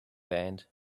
band